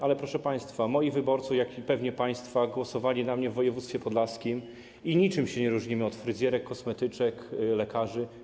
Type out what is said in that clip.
Ale, proszę państwa, moi wyborcy, jak pewnie i państwa, głosowali na mnie w województwie podlaskim i niczym się nie różnimy od fryzjerek, kosmetyczek, lekarzy.